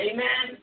Amen